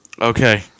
Okay